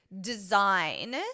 design